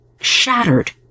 shattered